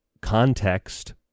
context